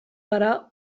gara